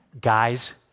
Guys